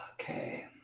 Okay